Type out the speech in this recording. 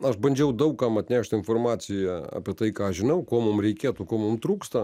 aš bandžiau daug kam atnešt informaciją apie tai ką aš žinau ko mum reikėtų ko mum trūksta